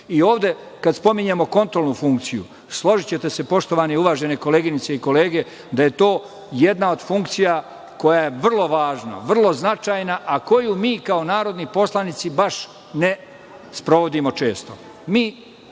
prava. Ovde kada spominjemo kontrolnu funkciju, složićete se, poštovane uvažene koleginice i kolege, da je to jedna od funkcija koja je vrlo važna, vrlo značajna, a koju mi kao narodni poslanici baš ne sprovodimo često.